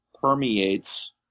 permeates